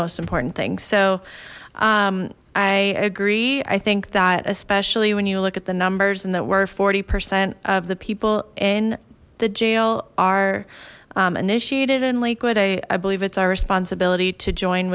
most important thing so i agree i think that especially when you look at the numbers and that were forty percent of the people in the jail are initiated in linkwood i believe it's our responsibility to join